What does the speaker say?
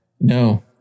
no